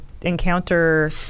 encounter